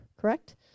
correct